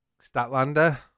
Statlander